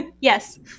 yes